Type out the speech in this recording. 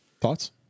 Thoughts